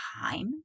time